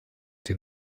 den